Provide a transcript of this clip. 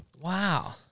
Wow